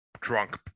drunk